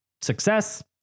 success